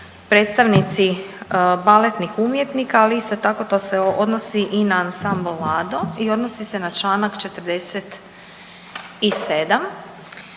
predstavnici baletnih umjetnika, ali isto tako to se odnosi i na Ansambl Lado i odnosi se na čl. 47.